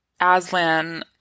Aslan